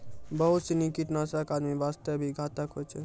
बहुत सीनी कीटनाशक आदमी वास्तॅ भी घातक होय छै